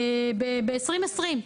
ב-2020,